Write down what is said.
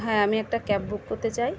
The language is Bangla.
হ্যাঁ আমি একটা ক্যাব বুক করতে চাই